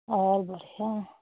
और बढ़िया है